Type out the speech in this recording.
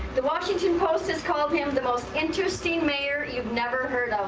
the washington post has called him the most interesting mayor you've never heard of